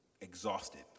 exhausted